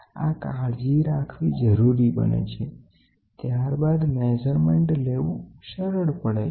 આપણે એ ખાસ ધ્યાન અને કાળજી રાખવી જરૂરી બને છે પછી પછી આપણે મેઝરમેન્ટ લેવાનું ચાલુ કરીએ છીએ તે આપણે યુનિએક્સએલ ખેંચાણ અને કમ્પ્રેસન ને સીધી દિશામાં લેવું સરળ પડે છે